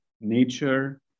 nature